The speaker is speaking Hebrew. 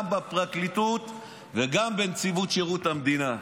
גם בפרקליטות וגם בנציבות שירות המדינה.